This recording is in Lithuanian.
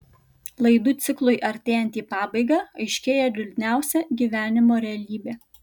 laidų ciklui artėjant į pabaigą aiškėja liūdniausia gyvenimo realybė